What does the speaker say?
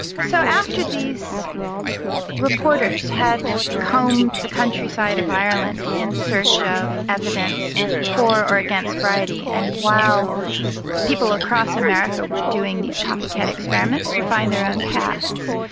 so after these reporters had combed the countryside of ireland in search of evidence for or against bridey, and while people across america were doing these copycat experiments to find their own pasts,